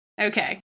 okay